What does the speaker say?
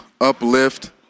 uplift